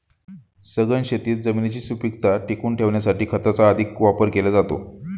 सघन शेतीत जमिनीची सुपीकता टिकवून ठेवण्यासाठी खताचा अधिक वापर केला जातो